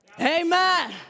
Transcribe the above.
Amen